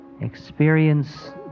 Experience